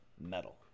metal